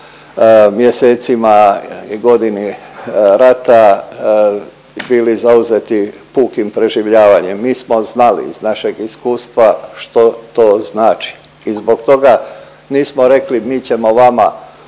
mjesecima i godini rata bili zauzeti pukim preživljavanjem. Mi smo znali iz našeg iskustva što to znači i zbog toga nismo rekli mi ćemo vama